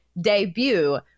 debut